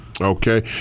Okay